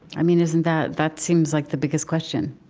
i mean, isn't that that seems like the biggest question.